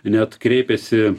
net kreipėsi